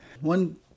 One